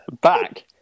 Back